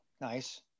Nice